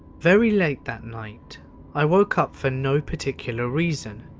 very late that night i woke up for no particular reason.